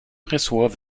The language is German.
ressort